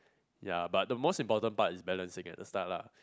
ya but the most important part is balancing at the start lah